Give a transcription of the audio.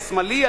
השמאלני,